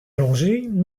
allongée